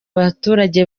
abaturage